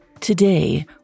Today